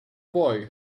boy